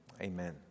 amen